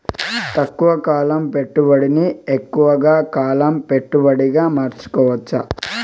తక్కువ కాలం పెట్టుబడిని ఎక్కువగా కాలం పెట్టుబడిగా మార్చుకోవచ్చా?